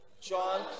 john